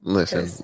Listen